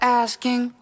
asking